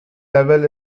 level